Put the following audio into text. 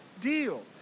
Deal